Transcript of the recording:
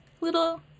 little